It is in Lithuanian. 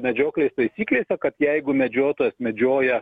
medžioklės taisyklėse kad jeigu medžiotojas medžioja